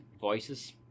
voices